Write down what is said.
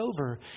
over